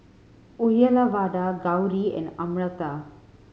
Uyyalawada Gauri and Amartya